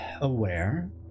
aware